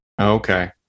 Okay